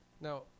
Now